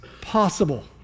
possible